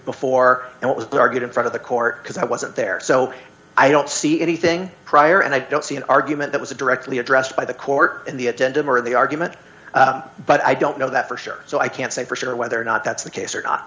before and what was the target in front of the court because i wasn't there so i don't see anything prior and i don't see an argument that was directly addressed by the court in the attended more of the argument but i don't know that for sure so i can't say for sure whether or not that's the case or not